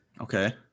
Okay